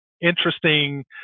interesting